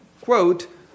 quote